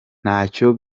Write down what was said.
ntacyo